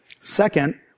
Second